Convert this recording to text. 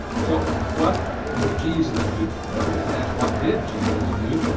so what would jesus do? well, let's ask what did jesus do?